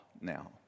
now